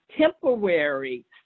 temporary